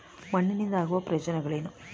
ಮಣ್ಣಿನಿಂದ ಆಗುವ ಪ್ರಯೋಜನಗಳೇನು?